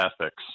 ethics